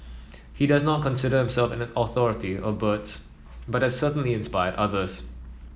he does not consider himself an authority a birds but certainly inspired others